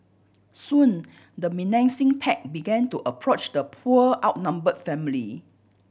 soon the menacing pack began to approach the poor outnumbered family